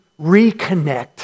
reconnect